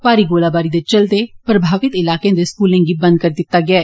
भारी गोलीबारी दे चलदे प्रभावित इलाकें दे स्कूलें गी बंद करी दित्ता गेआ ऐ